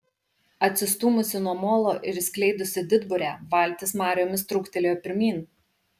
atsistūmusi nuo molo ir išskleidusi didburę valtis mariomis trūktelėjo pirmyn